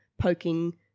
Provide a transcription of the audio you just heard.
poking